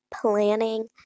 planning